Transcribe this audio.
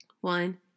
One